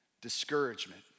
Discouragement